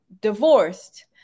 divorced